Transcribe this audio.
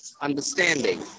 understanding